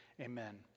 Amen